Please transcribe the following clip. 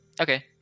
Okay